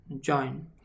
join